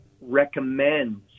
recommends